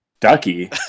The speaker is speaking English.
Ducky